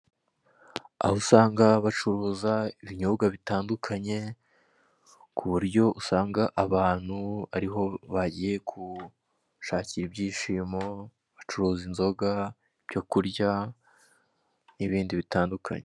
Aho usanga bacuruza ibinyobwa bitandukanye ku buryo usanga abantu ariho bagiye gushakira ibyishimo bacuruza inzoga, ibyo kurya n'ibindi bitandukanye.